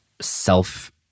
self